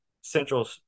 central